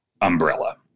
umbrella